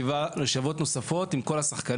ואפשר לעשות ישיבות נוספות עם כל השחקנים,